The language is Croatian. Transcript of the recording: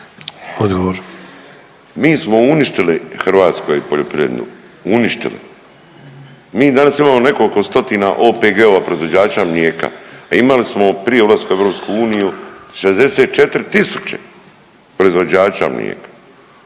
(MOST)** Mi smo uništili u Hrvatskoj poljoprivredu, uništili. Mi danas imamo nekoliko stotina OPG-ova proizvođača mlijeka a imali smo prije ulaska u EU 64.000 proizvođača mlijeka.